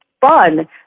fun